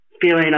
feeling